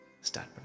start